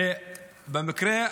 במקרה,